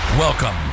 Welcome